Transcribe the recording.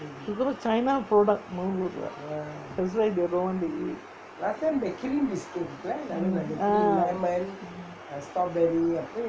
இப்போல்லாம்:ippolaam china product no good [what]